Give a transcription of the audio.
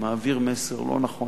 מעביר מסר לא נכון,